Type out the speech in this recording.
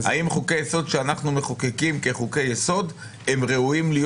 האם חוקי היסוד שאנחנו מחוקקים כחוקי יסוד הם ראויים להיות